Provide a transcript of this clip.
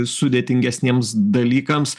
sudėtingesniems dalykams